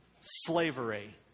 slavery